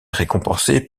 récompensé